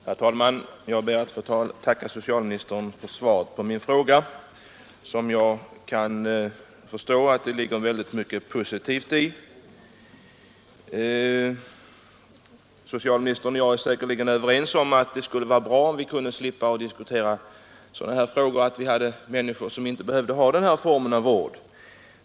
Herr talman! Jag ber att få tacka socialministern för svaret på min fråga, och jag kan förstå att det ligger väldigt mycket positivt i det. Socialministern och jag är säkerligen överens om att det skulle vara bra att vi kunde slippa diskutera sådana här frågor, att vi inte hade människor som behövde denna form av vård.